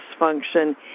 dysfunction